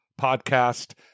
podcast